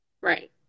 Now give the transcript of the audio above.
Right